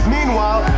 Meanwhile